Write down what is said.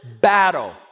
battle